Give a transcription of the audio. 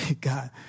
God